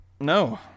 No